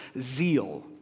zeal